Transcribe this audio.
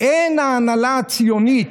"אין ההנהלה הציונית,